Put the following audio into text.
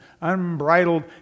unbridled